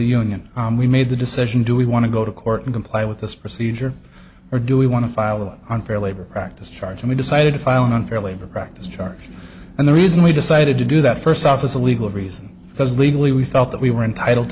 union we made the decision do we want to go to court and comply with this procedure or do we want to file an unfair labor practice charge and we decided to file an unfair labor practice charge and the reason we decided to do that first off as a legal reason because legally we felt that we were entitled